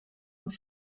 with